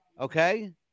Okay